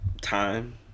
time